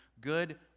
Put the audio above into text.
good